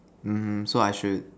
mmhmm so I should